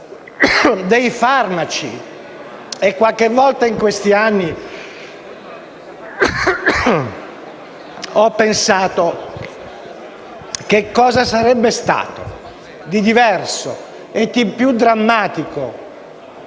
dei farmaci; e qualche volta in questi anni ho pensato come sarebbe stato diverso e più drammatico